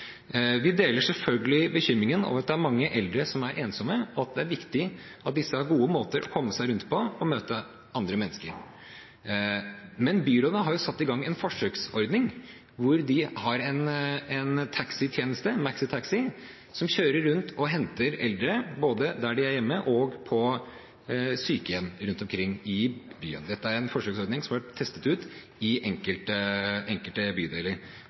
Vi deler selvfølgelig bekymringen over at det er mange eldre som er ensomme, og det er viktig at disse har gode måter å komme seg rundt på for å møte andre mennesker. Men byrådet har jo satt i gang en forsøksordning med en maxitaxi-tjeneste som kjører rundt og henter eldre, både de som bor hjemme, og de som bor på sykehjem rundt omkring i byen. Dette er en forsøksordning som har vært testet ut i enkelte bydeler.